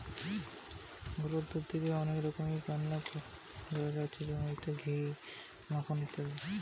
গরুর দুধ থিকে আরো অনেক রকমের পণ্য পায়া যাচ্ছে যেমন ঘি, মাখন ইত্যাদি